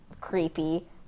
creepy